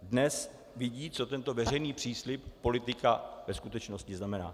Dnes vědí, co tento veřejný příslib politika ve skutečnosti znamená.